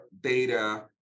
data